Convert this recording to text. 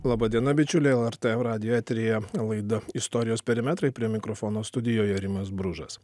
laba diena bičiuliai lrt radijo eteryje laida istorijos perimetrai prie mikrofono studijoje rimas bružas